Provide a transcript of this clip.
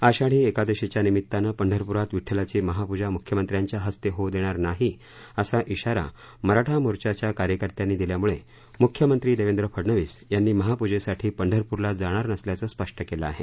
आषाढी एकादशीच्या निमित्तानं पंढरपुरात विव्वलाची महापूजा मुख्यमंत्र्यांच्या हस्ते होऊ देणार नाही असा िा रा मराठा मोर्चाच्या कार्यकर्त्यांनी दिल्यामुळे मुख्यमंत्री देवेंद्र फडनवीस यांनी महापूजेसाठी पंढरपूरला जाणार नसल्याचं स्पष्ट केलं आहे